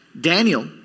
Daniel